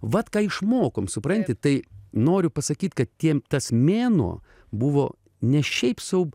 vat tą išmokom supranti tai noriu pasakyt kad tiem tas mėnuo buvo ne šiaip sau